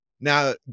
Now